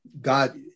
God